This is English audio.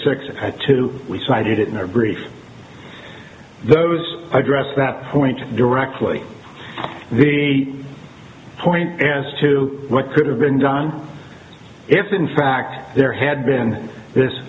six two we cited it in our brief those address that point directly to the point as to what could have been done if in fact there had been this